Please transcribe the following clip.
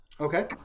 Okay